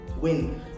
win